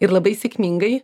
ir labai sėkmingai